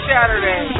Saturday